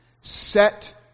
Set